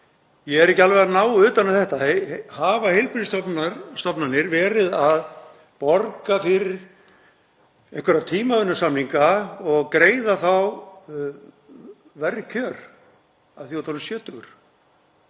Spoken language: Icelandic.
Ég er ekki alveg að ná utan um þetta. Hafa heilbrigðisstofnanir verið að borga fyrir einhverja tímavinnusamninga og greiða þá verri kjör af því að fólk er orðið